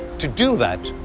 to do that,